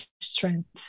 strength